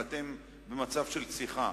אתם במצב של שיחה.